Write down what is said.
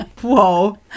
Whoa